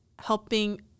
Helping